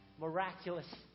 miraculous